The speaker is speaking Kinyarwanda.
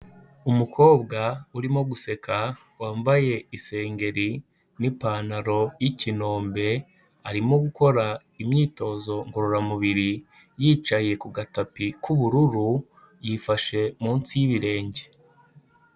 Umukobwa urimo guseka wambaye isengeri n'ipantaro y'ikinombe, arimo gukora imyitozo ngororamubiri yicaye ku gatapi k'ubururu, yifashe munsi y'ibirenge.